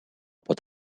pot